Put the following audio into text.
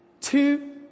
Two